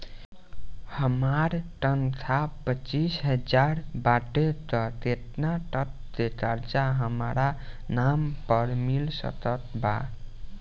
हमार तनख़ाह पच्चिस हज़ार बाटे त केतना तक के कर्जा हमरा नाम पर मिल सकत बा?